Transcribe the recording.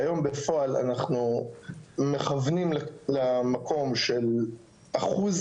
שהיום בפועל אנחנו מכוונים למקום של אחוז